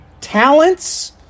talents